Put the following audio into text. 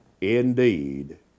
indeed